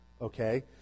Okay